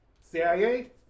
CIA